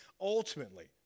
Ultimately